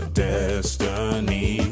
destiny